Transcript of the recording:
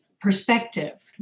perspective